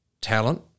talent